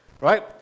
right